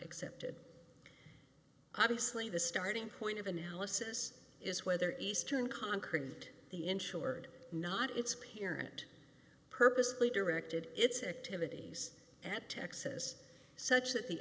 excepted obviously the starting point of analysis is whether eastern concreted the insured not its apparent purposely directed its activities at texas such that the